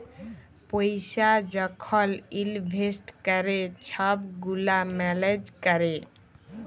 পইসা যখল ইলভেস্ট ক্যরে ছব গুলা ম্যালেজ ক্যরে